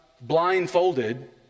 blindfolded